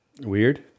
Weird